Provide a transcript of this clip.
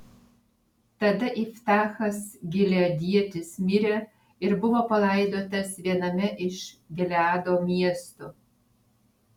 tada iftachas gileadietis mirė ir buvo palaidotas viename iš gileado miestų